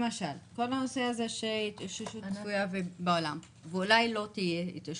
למשל כל הנושא שהתאוששות צפויה בעולם ואולי לא תהיה התאוששות?